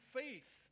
faith